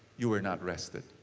you were not rested.